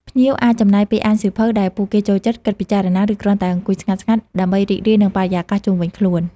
ភ្ញៀវអាចចំណាយពេលអានសៀវភៅដែលពួកគេចូលចិត្ត គិតពិចារណា ឬគ្រាន់តែអង្គុយស្ងាត់ៗដើម្បីរីករាយនឹងបរិយាកាសជុំវិញខ្លួន។